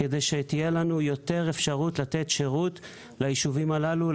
כדי שתהיה לנו יותר אפשרות לתת שירות לישובים הללו,